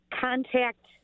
contact